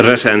naisen